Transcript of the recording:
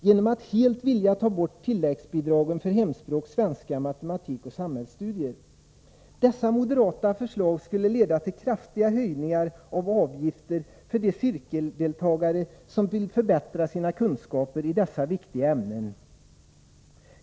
De vill helt ta bort tilläggsbidragen för hemspråk, svenska, matematik och samhällstudier. De moderata förslagen skulle leda till kraftiga höjningar av avgifterna för cirkeldeltagare som vill förbättra sina kunskaper i dessa viktiga ämnen.